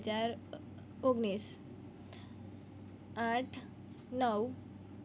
જેમાં હસ્તકળા માટીકામ તે નાના ધોરણેના